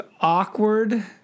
awkward